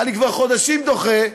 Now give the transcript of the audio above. אני כבר חודשים דוחה,